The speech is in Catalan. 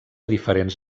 diferents